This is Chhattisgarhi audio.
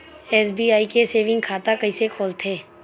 एस.बी.आई के सेविंग खाता कइसे खोलथे?